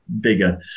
bigger